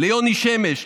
ליוני שמש,